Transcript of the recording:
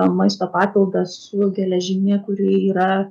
maisto papildas su geležimi kuri yra